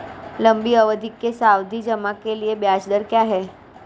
लंबी अवधि के सावधि जमा के लिए ब्याज दर क्या है?